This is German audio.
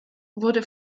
wurde